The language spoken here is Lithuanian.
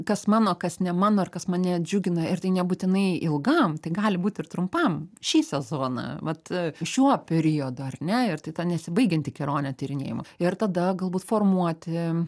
kas mano kas ne mano kas mane džiugina ir tai nebūtinai ilgam tai gali būt ir trumpam šį sezoną vat šiuo periodu ar ne ir tai ta nesibaigianti kelionė tyrinėjimo ir tada galbūt formuoti